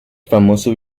famoso